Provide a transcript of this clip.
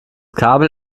kabel